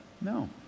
No